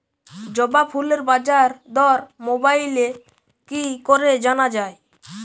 জবা ফুলের বাজার দর মোবাইলে কি করে জানা যায়?